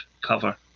cover